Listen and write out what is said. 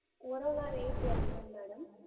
உரோலாம் rate எவ்வளோ madam